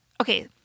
Okay